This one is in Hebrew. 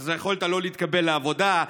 יכולת לא להתקבל לעבודה,